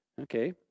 Okay